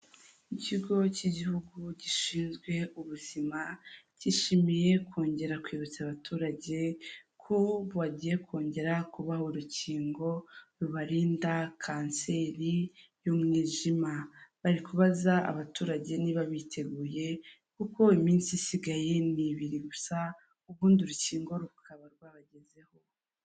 Ikigo k'igihugu gishinzwe ubuzima kishimiye kongera kwibutsa abaturage ko bagiye kongera kubaha urukingo rubarinda kanseri y'umwijima, bari kubaza abaturage niba biteguye kuko iminsi isigaye ni ibiri gusa ubundi urukingo rukaba rwabagezeho.